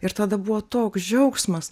ir tada buvo toks džiaugsmas